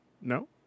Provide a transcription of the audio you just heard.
No